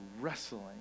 wrestling